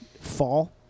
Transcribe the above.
fall